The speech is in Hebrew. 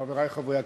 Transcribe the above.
חברי חברי הכנסת,